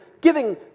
giving